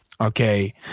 Okay